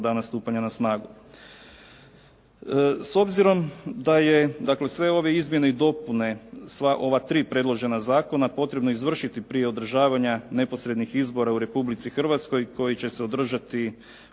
dana stupanja na snagu. S obzirom da je dakle sve ove izmjene i dopune, sva ova tri predložena zakona potrebno izvršiti prije održavanja neposrednih izbora u Republici Hrvatskoj koji će se održati